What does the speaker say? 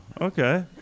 okay